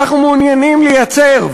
אנחנו מעוניינים לייצר,